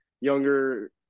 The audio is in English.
younger